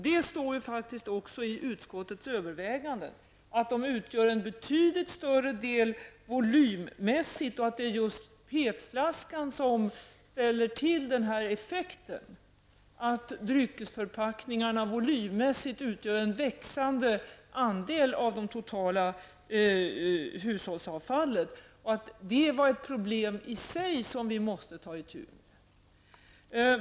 Det står faktiskt också i utskottets överväganden att de volymmässigt utgör en betydligt större del och att det just är PET-flaskorna som svarar för den här effekten, att dryckesförpackningarna volymmässigt utgör en växande andel av det totala hushållsavfallet. Det är i sig ett problem som vi måste ta itu med.